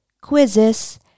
quizzes